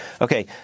Okay